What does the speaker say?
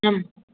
ꯎꯝ